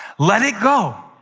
let it go.